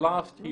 אנחנו נגד